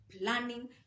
Planning